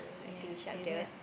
like finish up the